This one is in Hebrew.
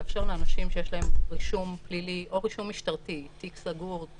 לאפשר לאנשים שיש להם רישום פלילי או רישום משטרתי תיק סגור,